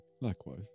likewise